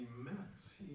immense